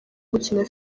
gukina